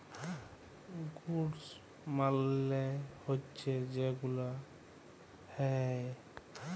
goods মালে হচ্যে যে মাল গুলা হ্যয়